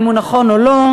אם הוא נכון או לא,